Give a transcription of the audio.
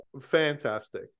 fantastic